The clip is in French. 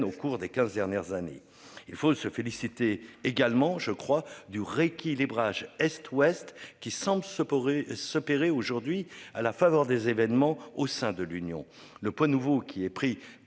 au cours des 15 dernières années. Il faut se féliciter également je crois du rééquilibrage Est-Ouest qui semble ce pourrait s'opérer aujourd'hui à la faveur des événements au sein de l'Union le poids nouveau qui est pris